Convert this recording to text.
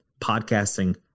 podcasting